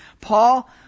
Paul